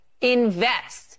invest